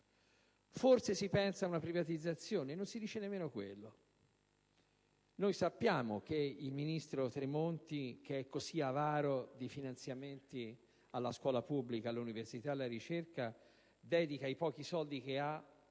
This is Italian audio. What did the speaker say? Forse si pensa ad una privatizzazione, ma non si dice nemmeno questo. Sappiamo che il ministro Tremonti, che è così avaro di finanziamenti alla scuola pubblica, all'università ed alla ricerca, dedica i pochi soldi che ha